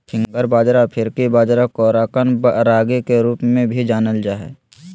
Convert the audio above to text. finger बाजरा अफ्रीकी बाजरा कोराकन रागी के रूप में भी जानल जा हइ